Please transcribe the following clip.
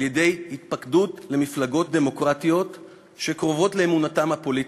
על-ידי התפקדות למפלגות דמוקרטיות שקרובות לאמונתם הפוליטית.